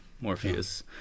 Morpheus